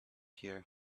here